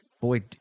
boy